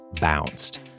bounced